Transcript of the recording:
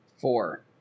Four